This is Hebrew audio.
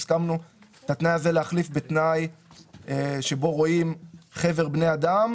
הסכמנו את התנאי הזה להחליף בתנאי שבו רואים חבר בני אדם